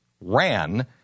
Ran